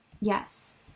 yes